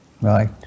Right